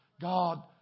God